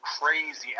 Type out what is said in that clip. crazy